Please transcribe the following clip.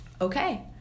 okay